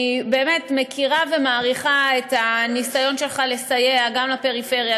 אני באמת מכירה ומעריכה את הניסיון שלך לסייע גם לפריפריה,